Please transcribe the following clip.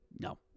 No